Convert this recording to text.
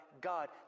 God